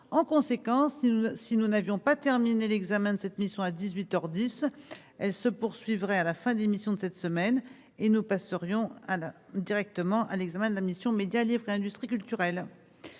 en conséquence nous si nous n'avions pas terminé l'examen de cette mission à 18 heures 10 elle se poursuivraient à la fin d'émission de cette semaine et nous passerions à la directement à l'examen de la mission Médias livre et industries culturelles